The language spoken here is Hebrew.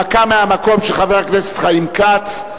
הנמקה מהמקום של חבר הכנסת חיים כץ,